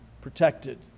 protected